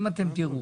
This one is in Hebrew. אם אתם תראו